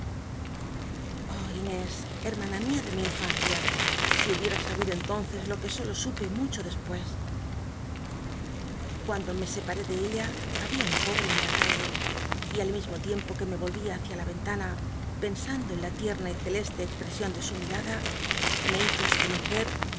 inés hermana dé mi infancia si hubiera sabido entonces lo que solo supe mucho despues cuando me separé de ella habia un pobre en la calle y al mismo tiempo que me volvía hacia la ventaua pensando en la tierna y celeste expresion de su mirada me hizo